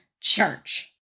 church